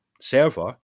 server